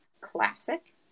Classic